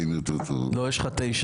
שבע ושמונה